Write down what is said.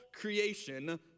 creation